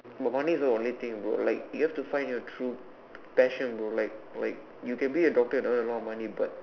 but money is not the only thing bro you have to find your true passion bro like like you can be a doctor earn a lot of money but